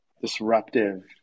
disruptive